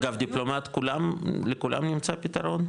אגב, דיפלומט, לכולם נמצא פתרון?